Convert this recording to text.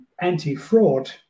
anti-fraud